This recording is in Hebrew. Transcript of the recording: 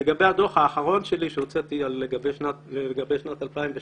לגבי הדוח האחרון שלי שהוצאתי לגבי שנת 2017,